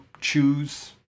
choose